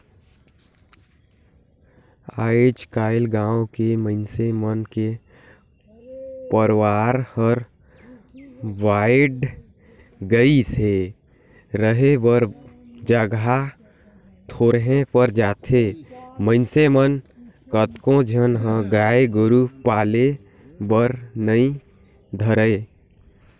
आयज कायल गाँव के मइनसे मन के परवार हर बायढ़ गईस हे, रहें बर जघा थोरहें पर जाथे अइसन म कतको झन ह गाय गोरु पाले बर नइ धरय